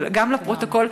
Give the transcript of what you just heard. גם לפרוטוקול,